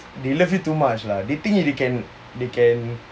they love it too much lah they think you can they can